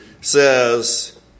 says